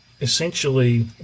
essentially